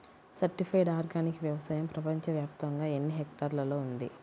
Certified organic వ్యవసాయం ప్రపంచ వ్యాప్తముగా ఎన్నిహెక్టర్లలో ఉంది?